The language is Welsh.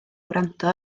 wrando